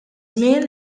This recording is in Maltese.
żmien